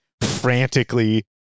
frantically